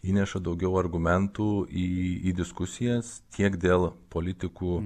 įneša daugiau argumentų į į diskusijas tiek dėl politikų